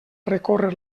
recórrer